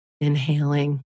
Inhaling